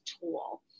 tool